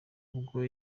ubwo